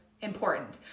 important